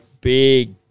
Big